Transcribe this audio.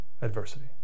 adversity